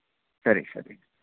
ಸರಿ ಸರಿ